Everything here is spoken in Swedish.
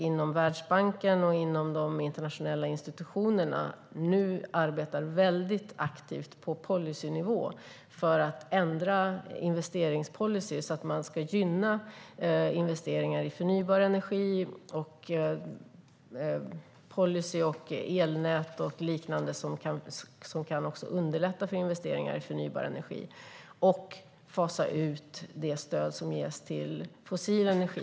Inom Världsbanken och de internationella institutionerna arbetar vi nu väldigt aktivt på policynivå för att ändra investeringspolicyer, så att man ska gynna investeringar i förnybar energi. Genom arbete med policyer, elnät och liknande kan man underlätta för investeringar i förnybar energi och fasa ut det stöd som ges till fossil energi.